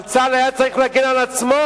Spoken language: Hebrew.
אבל צה"ל היה צריך להגן על עצמו.